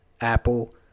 Apple